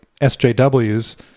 SJWs